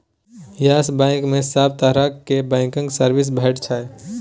yes Bank मे सब तरहक बैंकक सर्विस भेटै छै